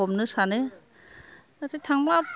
हमनो सानो नाथाय थांबा